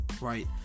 Right